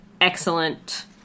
excellent